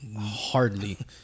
hardly